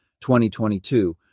2022